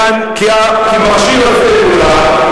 כי מכשיר הסלולר,